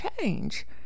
change